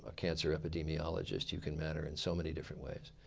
ah cancer epidemiologist. you can matter in so many different ways.